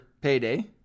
payday